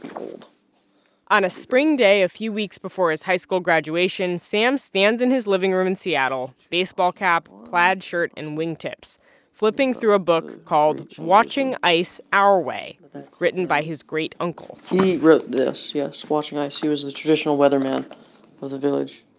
old on a spring day a few weeks before his high school graduation, sam stands in his living room in seattle baseball cap, plaid shirt and wingtips flipping through a book called watching ice our way, but written by his great uncle he wrote this, yes, watching ice. he was the traditional weatherman of the village